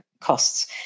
costs